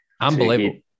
Unbelievable